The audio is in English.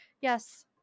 yes